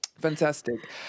Fantastic